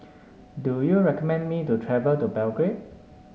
do you recommend me to travel to Belgrade